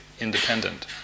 independent